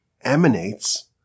emanates